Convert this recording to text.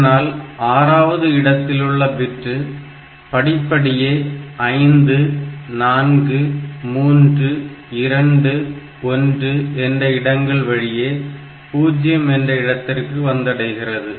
இதனால் ஆறாவது இடத்திலுள்ள பிட்டு படிப்படியே 54321 என்ற இடங்கள் வழியை 0 என்ற இடத்திற்கு வந்தடைகிறது